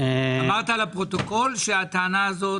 אמרת לפרוטוקול שאת הטענה הזאת